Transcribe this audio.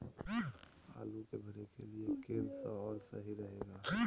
आलू के भरे के लिए केन सा और सही रहेगा?